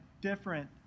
different